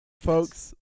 folks